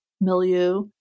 milieu